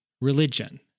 religion